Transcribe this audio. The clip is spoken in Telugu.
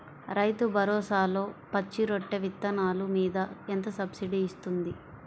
రైతు భరోసాలో పచ్చి రొట్టె విత్తనాలు మీద ఎంత సబ్సిడీ ఇస్తుంది?